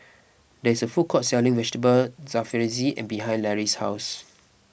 there is a food court selling Vegetable Jalfrezi behind Lary's house